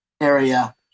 area